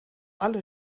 alle